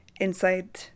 inside